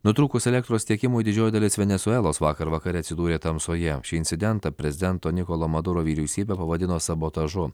nutrūkus elektros tiekimui didžioji dalis venesuelos vakar vakare atsidūrė tamsoje šį incidentą prezidento nikolo maduro vyriausybė pavadino sabotažu